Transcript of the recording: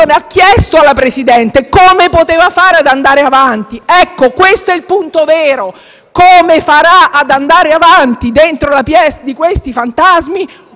per andare avanti. Questo è il punto vero: come farà ad andare avanti, dentro la *pièce* di «questi fantasmi!», un matrimonio di comodo nel quale